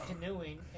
canoeing